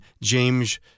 James –